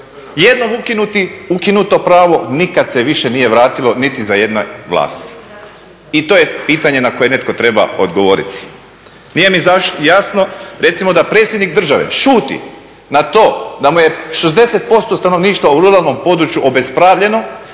Jednom ukinuto pravo, nikad se više nije vratilo niti za jedne vlasti. I to je pitanje na koje netko treba odgovoriti. Nije mi jasno recimo da predsjednik države šuti na to da mu je 60% stanovništva u ruralnom području obespravljeno,